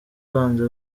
banze